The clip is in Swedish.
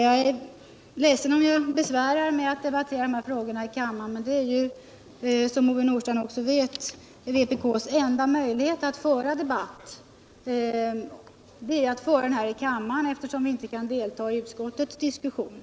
Jag är ledsen om jag besvärar med att debattera de här frågorna i kammaren, men det är, som Ove Nordstrandh också vet, vpk:s enda möjlighet att föra debatt, eftersom vi inte kan delta i utskottets diskussioner.